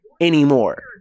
anymore